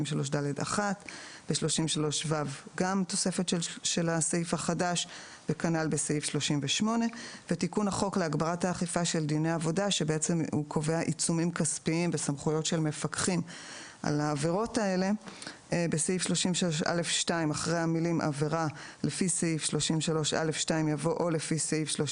33ד1". תיקון סעיף 33ו בסעיף 33ו לחוק העיקרי אחרי "33ד" יבוא "33ד1".